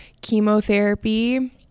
Chemotherapy